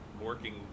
working